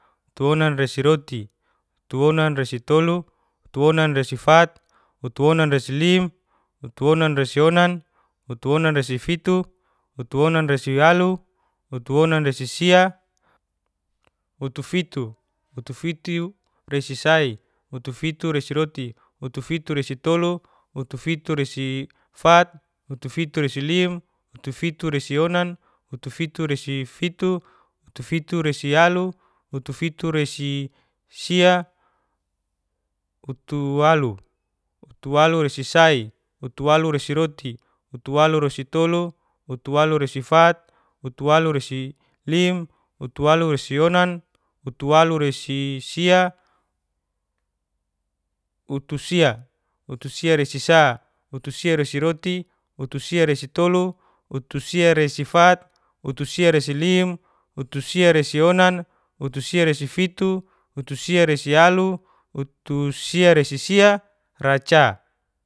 Tuonan resiroti, tuonan resitolu, tuonan resifat, tuonn resilim, tuonan resionan, tuonan resifiti, tuonn resialu, tuonan resi, otofitu, otufitu resisai, utufitu resiroti, utufiti resitolu, utufiti resifat, utufiti resilim, utufiti serionan, utufiti resifiti, utufiti serialu, utufiti rasisia, utualu, utualu serisai, utualu resiroti. utualu restolu, utualu resifat, utualu resilim, utulu resionan, utualu resifiti, utulu resialu, utulu serisia, utusia, utusia resisa, utusi resiroti, utusi resitolu, uturia resifat, utusia resilim, utusia resionan, utusia rasifiti, utusia rasialu, utusia rasisia, raca.